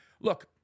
look